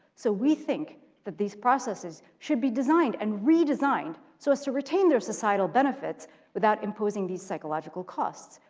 so we think that these processes should be designed and re-designed so as to retain their societal benefits without imposing these psychological costs,